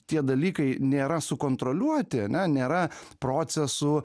tie dalykai nėra sukontroliuoti ane nėra procesų